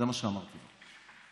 זה מה שאמרתי לו.